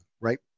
right